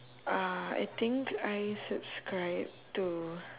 uh I think I subscribe to